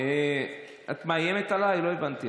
אני לא משתמש